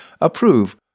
approve